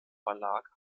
verlag